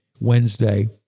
Wednesday